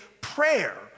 prayer